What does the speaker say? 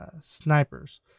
snipers